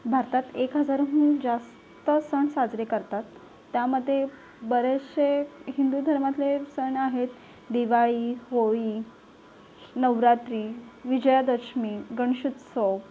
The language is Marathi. भारतात एक हजारहून जास्त सण साजरे करतात त्यामध्ये बरेचसे हिंदू धर्मातले सण आहेत दिवाळी होळी नवरात्री विजयादशमी गणेश उत्सव